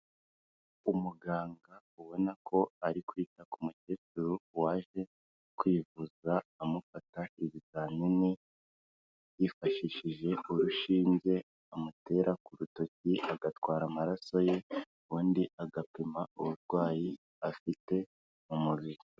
Umuganga ubona ko ari kwita ku mukecuru waje kwivuza amufata ibizamini, yifashishije urushinge amutera ku rutoki agatwara amaraso ye ubu undi agapima uburwayi afite mu mubiri.